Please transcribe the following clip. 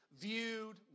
viewed